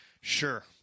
Sure